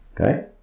Okay